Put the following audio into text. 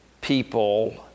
people